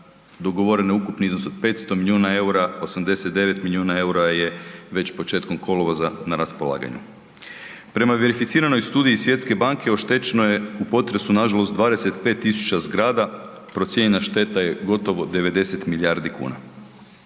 dogovoreno je ukupni iznos od 500 milijuna eura, 89 milijuna eura je već početkom kolovoza na raspolaganju. Prema verificiranoj studiji Svjetske banke oštećeno je u potresu, nažalost 25 tisuća zgrada, procijenjena šteta je gotovo 90 milijardi kuna.